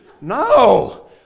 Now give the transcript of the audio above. No